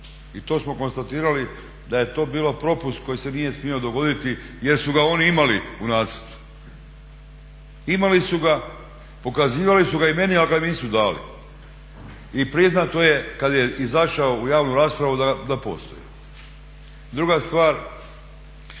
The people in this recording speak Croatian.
I to smo konstatirali da je to bio propust koji se nije smio dogoditi jer su ga oni imali u nacrtu. Imali su ga, pokazivali su ga i meni ali ga nisu dali. I priznato je kada je izašao u javnu raspravu da postoji. Druga stvar,